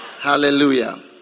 Hallelujah